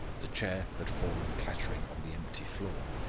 the chair had fallen clattering on the empty floor.